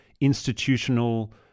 institutional